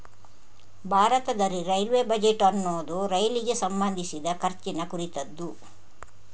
ಭಾರತದಲ್ಲಿ railway budget ಅನ್ನುದು ರೈಲಿಗೆ ಸಂಬಂಧಿಸಿದ ಖರ್ಚಿನ ಕುರಿತದ್ದು